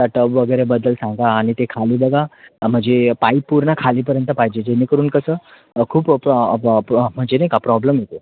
त्या टब वगैरेबद्दल सांगा आणि ते खाली बघा म्हणजे पाईप पूर्ण खालीपर्यंत पाहिजे जेणेकरून कसं खूप म्हणजे नाही का प्रॉब्लेम येतो